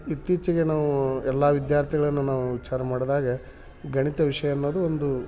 ಇತ್ತೀಚೆಗೆ ನಾವು ಎಲ್ಲಾ ವಿದ್ಯಾರ್ಥಿಗಳನ್ನು ನಾವು ವಿಚಾರ ಮಾಡಿದಾಗ ಗಣಿತ ವಿಷಯ ಅನ್ನೋದು ಒಂದು